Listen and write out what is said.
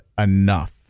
enough